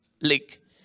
lake